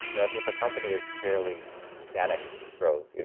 you know if if a company is fairly static growth, you know